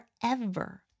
forever